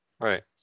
right